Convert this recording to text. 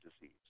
disease